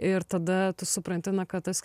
ir tada tu supranti kad tas